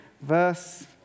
verse